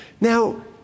Now